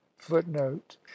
footnote